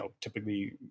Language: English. typically